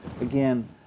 Again